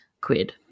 quid